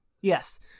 yes